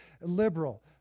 liberal